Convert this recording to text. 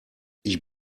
ich